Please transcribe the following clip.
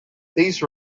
these